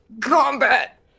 Combat